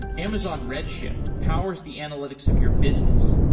amazon redshift powers the analytics of your business,